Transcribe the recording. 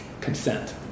consent